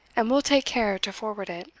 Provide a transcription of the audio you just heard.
and will take care to forward it.